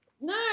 No